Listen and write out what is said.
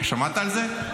שמעת על זה?